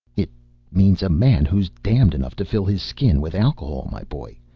it means a man who's damned enough to fill his skin with alcohol, my boy,